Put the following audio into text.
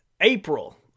april